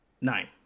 Nine